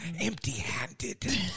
empty-handed